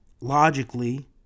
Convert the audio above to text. logically